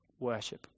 worship